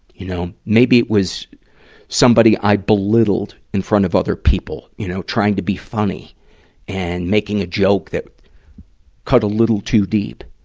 you know, maybe it was somebody i belittled in front of other people, you know, trying to be funny and making a joke that cut a little too deep.